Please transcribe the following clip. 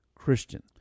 Christian